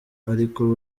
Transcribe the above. ariko